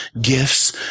gifts